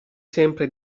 sempre